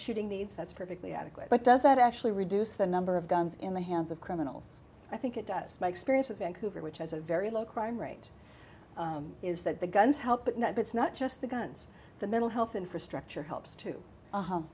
shooting needs that's perfectly adequate but does that actually reduce the number of guns in the hands of criminals i think it does my experience of vancouver which has a very low crime rate is that the guns help but it's not just the guns the mental health infrastructure helps too